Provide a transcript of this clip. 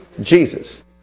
Jesus